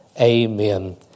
Amen